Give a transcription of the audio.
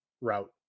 route